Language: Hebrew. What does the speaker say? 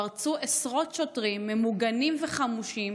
פרצו עשרות שוטרים ממוגנים וחמושים